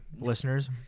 listeners